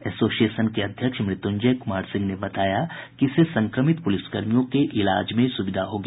association के अध्यक्ष मृत्युंजय कुमार सिंह ने बताया कि इससे संक्रमित पुलिस कर्मियों के इलाज में सुविधा होगी